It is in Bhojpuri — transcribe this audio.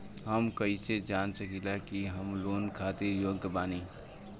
हम कईसे जान सकिला कि हम लोन खातिर योग्य बानी?